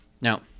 Now